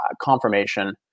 confirmation